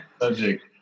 Subject